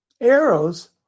arrows